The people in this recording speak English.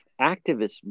activists